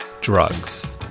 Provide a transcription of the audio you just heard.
drugs